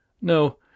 No